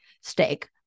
steak